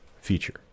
Feature